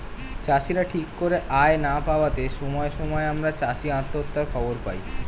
চাষীরা ঠিক করে আয় না পাওয়াতে সময়ে সময়ে আমরা চাষী আত্মহত্যার খবর পাই